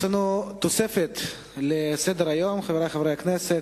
יש לנו תוספת לסדר-היום, חברי חברי הכנסת: